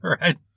Right